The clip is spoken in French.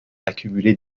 accumuler